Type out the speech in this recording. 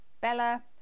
Bella